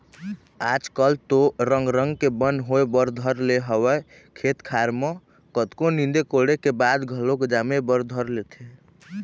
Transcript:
आज कल तो रंग रंग के बन होय बर धर ले हवय खेत खार म कतको नींदे कोड़े के बाद घलोक जामे बर धर लेथे